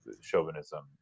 chauvinism